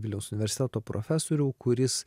vilniaus universiteto profesorių kuris